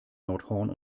nordhorn